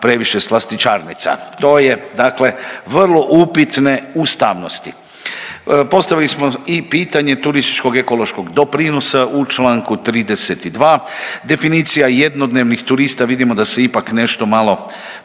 previše slastičarnica. To je dakle vrlo upitne ustavnosti. Postavili smo i pitanje turističkog ekološkog doprinosa, u čl. 32. definicija jednodnevnih turista, vidimo da se ipak nešto malo